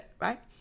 right